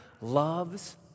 loves